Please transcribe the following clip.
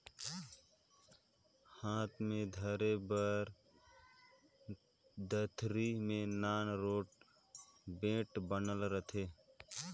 हाथ मे धरे बर दतरी मे नान रोट बेठ बनल रहथे